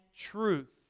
truth